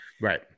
Right